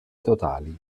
totali